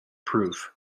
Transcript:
proof